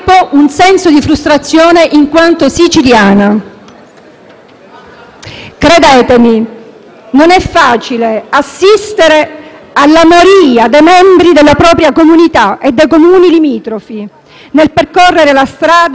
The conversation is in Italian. Credetemi, non è facile assistere alla moria dei membri della propria comunità e dei Comuni limitrofi nel percorrere la strada - ormai nota tra i miei concittadini - della morte,